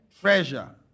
Treasure